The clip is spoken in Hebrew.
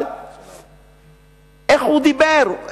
איך הוא דיבר.